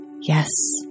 yes